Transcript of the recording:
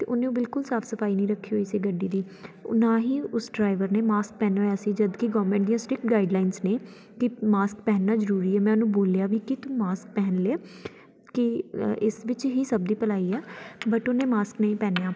ਅਤੇ ਉਹਨੇ ਉਹ ਬਿਲਕੁਲ ਸਾਫ਼ ਸਫਾਈ ਨਹੀਂ ਰੱਖੀ ਹੋਈ ਸੀ ਗੱਡੀ ਦੀ ਨਾ ਹੀ ਉਸ ਡਰਾਈਵਰ ਨੇ ਮਾਸਕ ਪਹਿਨਿਆ ਹੋਇਆ ਸੀ ਜਦੋਂ ਕਿ ਗਵਰਨਮੈਂਟ ਦੀਆਂ ਸਟ੍ਰਿਕਟ ਗਾਈਡਲਾਈਨ ਨੇ ਕਿ ਮਾਕਸ ਪਹਿਨਣਾ ਜ਼ਰੂਰੀ ਆ ਮੈਂ ਉਹਨੂੰ ਬੋਲਿਆ ਵੀ ਕਿ ਤੂੰ ਮਾਸਕ ਪਹਿਨ ਲੈ ਕਿ ਇਸ ਵਿੱਚ ਹੀ ਸਭ ਦੀ ਭਲਾਈ ਆ ਬਟ ਉਹਨੇ ਮਾਸਕ ਨਹੀਂ ਪਹਿਨਿਆ